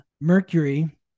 Mercury